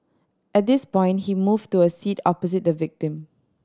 at this point he moved to a seat opposite the victim